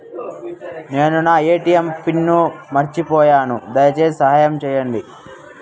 నేను నా ATM PIN మర్చిపోయాను, దయచేసి సహాయం చేయండి